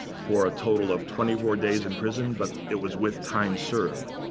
for a total of twenty four days in prison, but it was with time served.